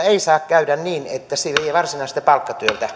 ei saa käydä niin että se vie varsinaiselta palkkatyöltä